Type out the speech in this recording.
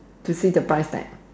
to see the price tag